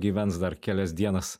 gyvens dar kelias dienas